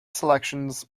selections